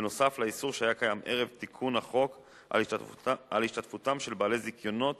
נוסף על האיסור שהיה קיים ערב תיקון החוק על השתתפותם של בעלי זיכיונות